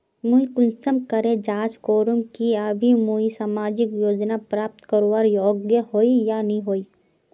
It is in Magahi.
मुई कुंसम करे जाँच करूम की अभी मुई सामाजिक योजना प्राप्त करवार योग्य होई या नी होई?